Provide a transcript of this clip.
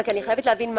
לאיומים.